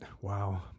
wow